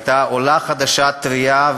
הייתה עולה חדשה טרייה,